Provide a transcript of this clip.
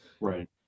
right